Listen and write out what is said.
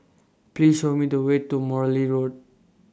Please Show Me The Way to Morley Road